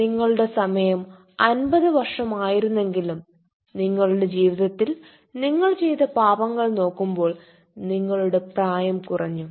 നിങ്ങളുടെ സമയം അമ്പത് വർഷമായിരുന്നെങ്കിലും നിങ്ങളുടെ ജീവിതത്തിൽ നിങ്ങൾ ചെയ്ത പാപങ്ങൾ നോക്കുമ്പോൾ നിങ്ങളുടെ പ്രായം കുറഞ്ഞു